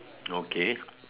okay